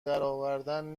درآوردن